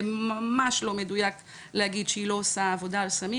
ממש לא מדויק להגיד שהיא לא עושה עבודה על סמים,